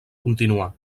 continuà